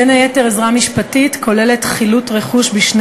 בין היתר עזרה משפטית כוללת חילוט רכוש בשני